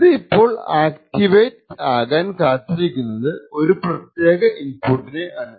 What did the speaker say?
ഇത് ഇപ്പോൾ ആക്റ്റിവേറ്റ് ആകാൻ കാത്തിരിക്കുന്നത് ഒരു പ്രത്യേക ഇൻപുട്ടിനെ ആണ്